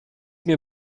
mir